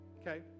okay